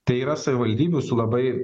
tai yra savivaldybių su labai